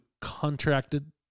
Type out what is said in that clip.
contracted